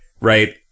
right